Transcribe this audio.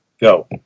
Go